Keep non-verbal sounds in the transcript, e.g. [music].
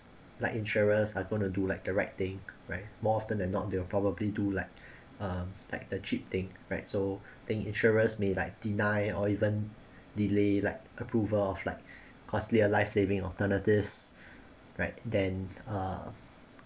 like insurers are going to do like the right thing right more often than not they will probably do like [breath] um like the cheap thing right so [breath] think insurers may like deny or even delay like approval of like [breath] costlier life saving alternatives [breath] right then uh